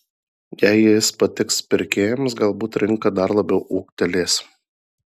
jei jis patiks pirkėjams galbūt rinka dar labiau ūgtelės